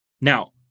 Now